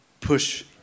push